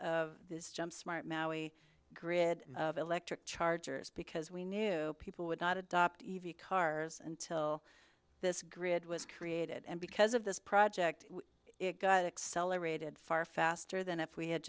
of this jump smart grid of electric chargers because we knew people would not adopt e v cars until this grid was created and because of this project it got accelerated far faster than if we had